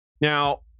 Now